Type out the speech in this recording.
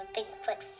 Bigfoot